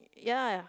ya